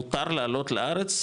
מותר לעלות לארץ,